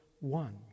one